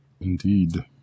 indeed